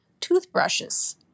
toothbrushes